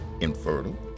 infertile